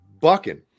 bucking